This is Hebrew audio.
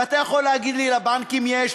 ואתה יכול להגיד לי: לבנקים יש,